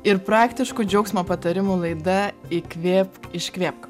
ir praktiškų džiaugsmo patarimų laida įkvėpk iškvėpk